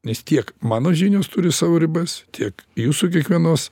nes tiek mano žinios turi savo ribas tiek jūsų kiekvienos